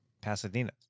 Pasadena